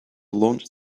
launch